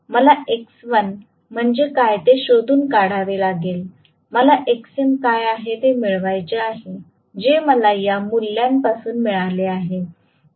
मला X1 म्हणजे काय ते शोधून काढावे लागेल मला Xm काय आहे ते मिळवायचे आहे जे मला या मूल्यापासून मिळाले आहे